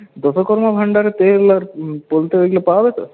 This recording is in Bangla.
দশকর্মা ভান্ডারে তেল আর পোলতে ওইগুলো পাওয়া যাবে তো